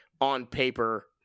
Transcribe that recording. on-paper